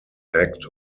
act